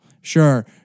Sure